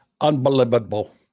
Unbelievable